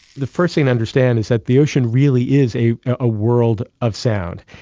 the first thing to understand is that the ocean really is a ah world of sound,